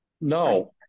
No